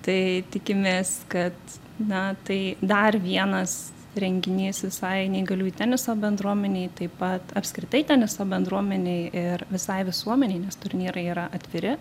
tai tikimės kad na tai dar vienas renginys visai neįgalių teniso bendruomenei taip pat apskritai teniso bendruomenei ir visai visuomenei nes turnyrai yra atviri